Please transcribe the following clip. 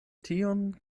tion